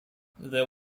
there